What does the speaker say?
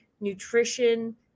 nutrition